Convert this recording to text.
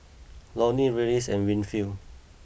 Lorne Reyes and Winfield